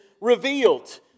revealed